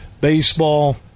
baseball